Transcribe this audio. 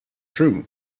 true